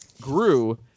grew